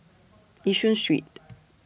Yishun Street